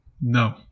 No